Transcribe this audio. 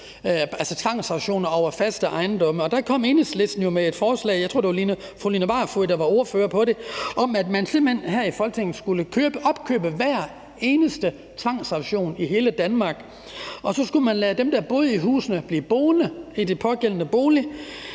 altså tvangsauktioner over faste ejendomme. Der kom Enhedslisten jo med et forslag – jeg tror, at det var fru Line Barfod, der var ordfører på det – om, at man simpelt hen her i Folketinget skulle opkøbe hver eneste tvangsauktion i hele Danmark, og så skulle man lade dem, der boede i husene, blive boende i de pågældende boliger